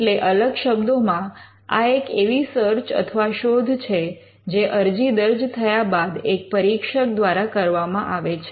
એટલે અલગ શબ્દોમાં આ એક એવી સર્ચ અથવા શોધ છે જે અરજી દર્જ થયા બાદ એક પરીક્ષક દ્વારા કરવામાં આવે છે